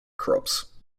crops